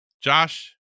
josh